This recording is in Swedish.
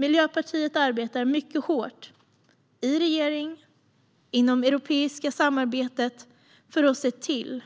Miljöpartiet arbetar mycket hårt i regeringen och inom det europeiska samarbetet för att se till